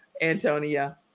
Antonia